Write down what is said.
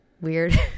weird